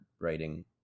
writing